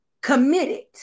committed